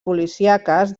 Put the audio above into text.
policíaques